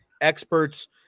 experts